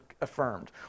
affirmed